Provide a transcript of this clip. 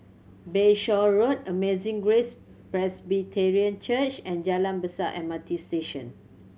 Bayshore Road Amazing Grace Presbyterian Church and Jalan Besar M R T Station